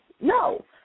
No